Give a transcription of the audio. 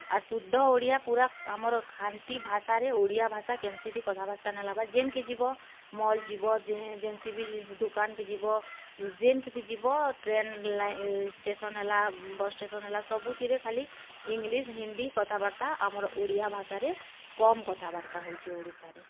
ଆଉ ଶୁଦ୍ଧ ଓଡ଼ିଆ ପୁରା ଆମର ଖାଣ୍ଟି ଭାଷାରେ ଓଡ଼ିଆ ଭାଷା କେନ୍ସି କଥାବାର୍ତ୍ତା ନେଲା ବା ଯେନ୍କେ ଯିବ ମଲ୍ ଯିବ ଯେନ୍ସି ବି ଦୁକାନ୍କେ ଯିବ ଯେନ୍କେ ବି ଯିବ ଟ୍ରେନ୍ ଷ୍ଟେସନ୍ ହେଲା ବସ୍ ଷ୍ଟେସନ୍ ହେଲା ସବୁଥିରେ ଖାଲି ଇଂଲିଶ୍ ହିନ୍ଦୀ କଥାବାର୍ତ୍ତା ଆମର୍ ଓଡ଼ିଆ ଭାଷାରେ କମ୍ କଥାବାର୍ତ୍ତା ହଉଚି ଓଡ଼ିଶାରେ